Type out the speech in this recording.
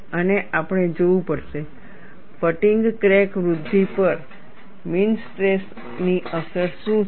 અને આપણે જોવું પડશે ફટીગ ક્રેક વૃદ્ધિ પર મીન સ્ટ્રેસ ની અસર શું છે